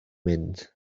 mynd